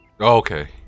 Okay